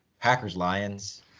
Packers-Lions